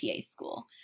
school